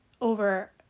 over